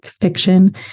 fiction